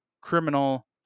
criminal